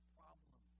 problem